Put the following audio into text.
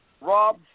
Rob